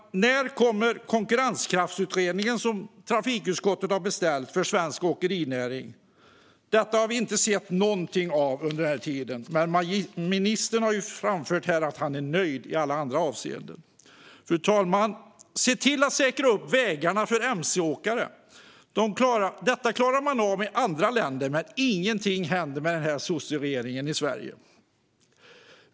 När kommer konkurrenskraftsutredningen när det gäller svensk åkerinäring, som trafikutskottet har beställt? Den har vi inte sett något av under den här tiden. Men ministern har framfört att han är nöjd i alla andra avseenden. Fru talman! Se till att säkra vägarna för mc-åkare! Detta klarar man av i andra länder, men ingenting händer med sosseregeringen i Sverige.